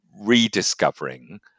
rediscovering